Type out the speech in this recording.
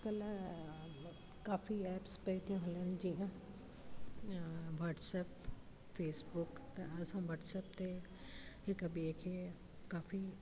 अॼुकल्ह काफ़ी ऐप्स पियूं थियूं हलनि जीअं वॉट्सप फेसबुक त असां वॉट्सप ते हिकु ॿिए खे काफ़ी